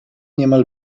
niemal